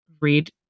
read